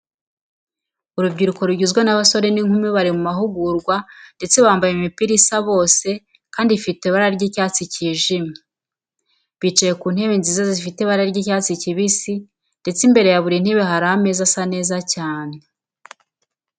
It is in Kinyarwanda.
Urubyiruko rugizwe n'abasore n'inkumi bari mu mahugurwa ndetse bambaye imipira isa bose kandi ifite ibara ry'icyatsi kijimye. Bicaye ku ntebe nziza zifite ibara ry'icyatsi kibisi ndetse imbere ya buri ntebe hari ameza asa neza cyane.